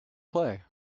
play